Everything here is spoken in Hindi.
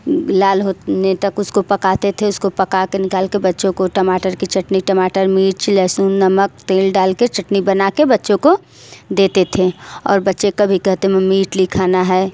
लाल होने तक उसको पकाते थे उसको पका के निकाल के बच्चों को टमाटर की चटनी टमाटर मिर्च लेहसुन नमक तेल डाल के चटनी बना के बच्चों को देते थे और बच्चे कभी कहते मम्मी इडली खाना है